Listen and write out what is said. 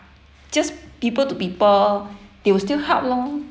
just people to people they will still help lor